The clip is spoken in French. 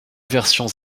versions